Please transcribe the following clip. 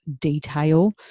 detail